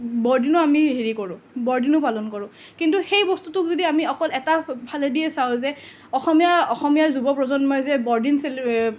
বৰদিনো আমি হেৰি কৰোঁ বৰদিনো পালন কৰোঁ কিন্তু সেই বস্তুটোক যদি আমি অকল এটা ফালেদিয়েই চাওঁ যে অসমীয়া অসমীয়া যুৱপ্ৰজন্মই যে বৰদিন চেলি